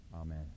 Amen